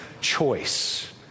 choice